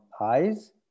eyes